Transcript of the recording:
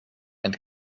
and